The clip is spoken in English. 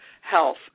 Health